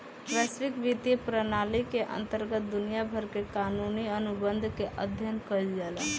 बैसविक बित्तीय प्रनाली के अंतरगत दुनिया भर के कानूनी अनुबंध के अध्ययन कईल जाला